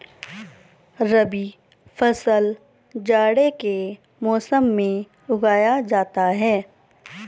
रबी फसल जाड़े के मौसम में उगाया जाता है